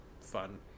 fun